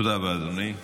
תודה רבה, אדוני.